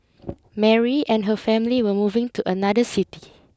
Mary and her family were moving to another city